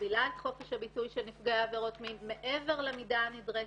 שמגבילה את חופש הביטוי של נפגעי עבירות מין מעבר למידה הנדרשת,